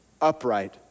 upright